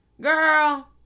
Girl